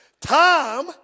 Time